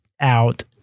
out